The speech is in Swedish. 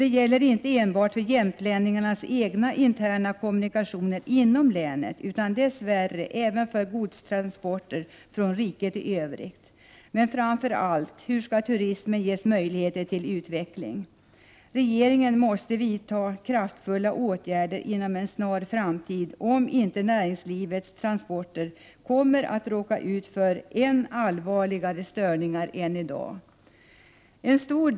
Detta gäller inte enbart för jämtlänningarnas egna interna kommunikationer utan, dess värre, även för godstransporter från övriga riket. Framför allt måste jag fråga: Hur skall turismen kunna utvecklas? Regeringen måste vidta kraftfulla åtgärder inom en snar framtid. Annars kommer näringslivets transporter att råka ut för ännu allvarligare störningar än som i dag är fallet.